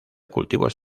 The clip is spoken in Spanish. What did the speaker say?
cultivos